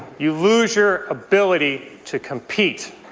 you lose your ability to compete.